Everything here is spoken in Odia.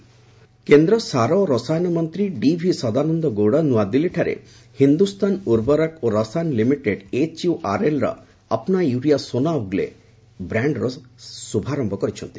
ଗଭ୍ ୟୁରିଆ କେନ୍ଦ୍ର ସାର ଓ ରସାୟନ ମନ୍ତ୍ରୀ ଡିଭି ସଦାନନ୍ଦ ଗୌଡ଼ା ନ୍ତଆଦିଲ୍ଲୀଠାରେ ହିନ୍ଦୁସ୍ତାନ ଭର୍ବରକ ଏବଂ ରସାୟନ ଲିମିଟେଡ୍ ଏଚ୍ୟୁଆର୍ଏଲ୍ର 'ଅପନା ୟୁରିଆ ସୋନା ଉଗଲେ' ବ୍ରାଣ୍ଡ ସାରର ଶୁଭାରମ୍ଭ କରିଛନ୍ତି